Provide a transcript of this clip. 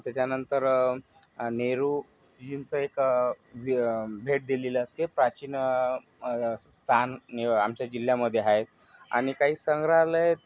त्याच्यानंतर नेहरूजींचं एक भेट दिलेलं ते प्राचीन स्थान आमच्या जिल्ह्यामध्ये आहे आणि काही संग्रहालय